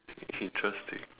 interesting